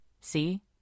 See